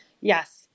Yes